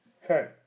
Hey